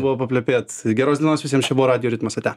buvo paplepėt geros dienos visiems čia savo radijo ritmas ate